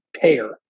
pair